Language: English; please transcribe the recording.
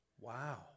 Wow